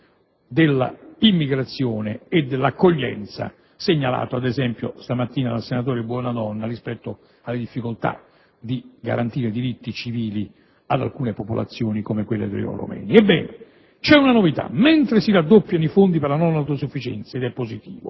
dell'immigrazione e dell'accoglienza, segnalato, ad esempio, dal senatore Bonadonna con riferimento alle difficoltà di garantire diritti civili ad alcune popolazioni come quelle dei romeni. Ebbene, c'è una novità: mentre si raddoppiano i fondi per la non autosufficienza - ed è positivo